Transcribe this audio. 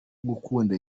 gukunda